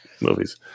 movies